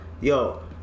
yo